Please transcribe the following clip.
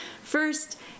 First